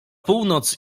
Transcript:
północ